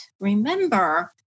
remember